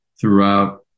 throughout